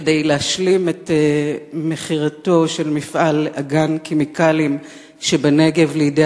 כדי להשלים את מכירתו של מפעל "אגן כימיקלים" שבנגב לידי